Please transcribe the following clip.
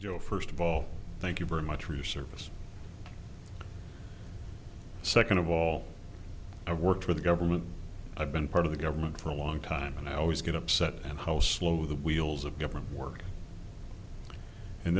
joe first of all thank you very much for your service second of all i've worked for the government i've been part of the government for a long time and i always get upset and how slow the wheels of government work